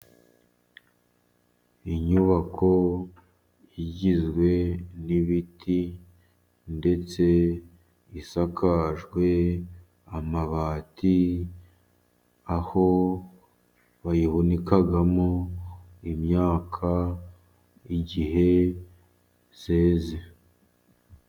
Inyubako igizwe n'ibiti, ndetse isakajwe amabati aho bayihunikamo imyaka igihe yeze.